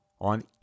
on